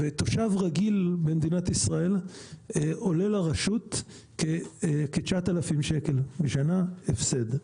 ותושב רגיל במדינת ישראל עולה לרשות כ-9,000 בשנה הפסד.